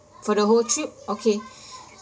for the whole trip okay